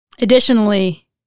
Additionally